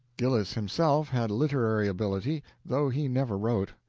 gillis himself had literary ability, though he never wrote.